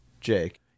Jake